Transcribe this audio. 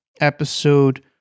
episode